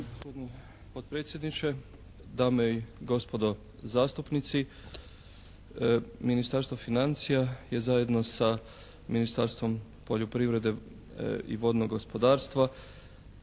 potpredsjedniče, dame i gospodo zastupnici Ministarstvo financija je zajedno sa Ministarstvom poljoprivrede i vodnog gospodarstva